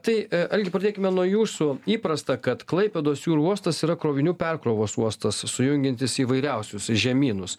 tai a algi pradėkime nuo jūsų įprasta kad klaipėdos jūrų uostas yra krovinių perkrovos uostas sujungiantis įvairiausius žemynus